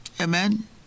amen